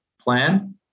plan